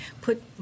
put